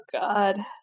God